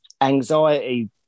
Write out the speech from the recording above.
anxiety